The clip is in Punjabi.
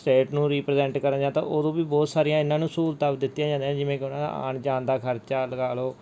ਸਟੇਟ ਨੂੰ ਰੀਪ੍ਰਜੈਂਟ ਕਰਨ ਜਾਂ ਤਾਂ ਉਦੋਂ ਵੀ ਬਹੁਤ ਸਾਰੀਆਂ ਇਹਨਾਂ ਨੂੰ ਸਹੂਲਤਾਂ ਦਿੱਤੀਆਂ ਜਾਂਦੀਆਂ ਜਿਵੇਂ ਕਿ ਉਹਨਾਂ ਦਾ ਆਉਣ ਜਾਣ ਦਾ ਖਰਚਾ ਲਗਾ ਲਓ